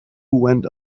went